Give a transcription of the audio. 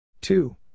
Two